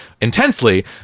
intensely